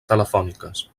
telefòniques